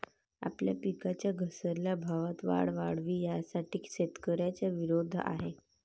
आपल्या पिकांच्या घसरत्या भावात वाढ व्हावी, यासाठी शेतकऱ्यांचा विरोध आहे